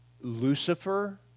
Lucifer